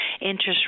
interest